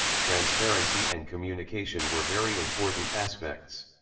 transparency and communication were very important aspects.